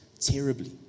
terribly